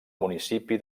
municipi